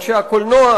אנשי הקולנוע,